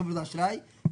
והוא מתנגד להחלטה הזאת.